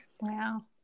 wow